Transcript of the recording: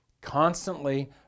Constantly